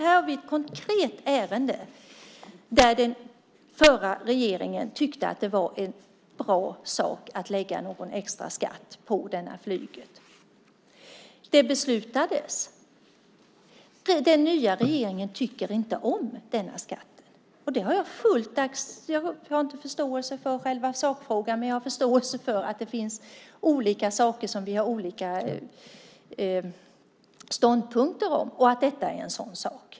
Här har vi ett konkret ärende där den förra regeringen tyckte att det var en bra sak att lägga extra skatt på flyget. Det beslutades, men den nya regeringen tycker inte om denna skatt. Jag har full förståelse för att det finns saker som vi har olika ståndpunkt om, och detta är en sådan sak.